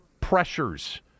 pressures